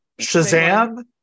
Shazam